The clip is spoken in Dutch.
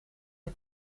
dit